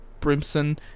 Brimson